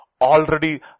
already